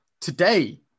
today